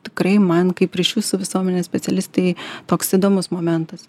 tikrai man kaip ryšių su visuomene specialistei toks įdomus momentas